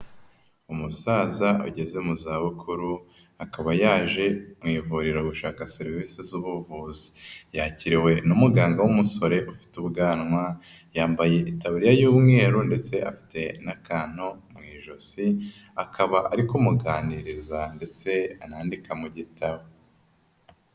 Umusaza ugeze mu zabukuru akaba yaje mu ivuriro gushaka serivisi z'ubuvuzi, yakiriwe n'umuganga w'umusore ufite ubwanwa yambaye itaburiya y'umweru ndetse afite n'akantu mu ijosi, akaba ari kumuganiriza ndetse anandika mu gitabo.